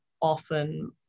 often